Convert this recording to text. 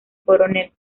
coronel